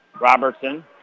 Robertson